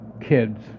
kids